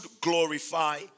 glorify